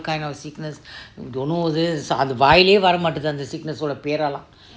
what kind of sickness don't know அது வையிலே வாரும்மே மட்டேதே அந்த:atu vaiyile varumme mattete anta sickness ஓடே பேறே எல்லாம்:othe pere ellam